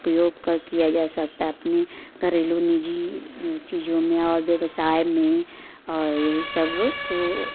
उपयोग कर किया जा सकता अपने घरेलू निजी चीज़ों में और व्यवसाय में और ये सब